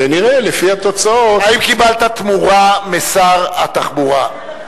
ונראה לפי התוצאות האם קיבלת תמורה משר התחבורה?